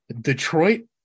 Detroit